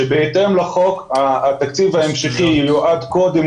שבהתאם לחוק התקציב ההמשכי מיועד קודם